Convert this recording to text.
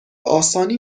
آسانی